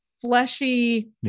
fleshy